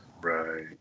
Right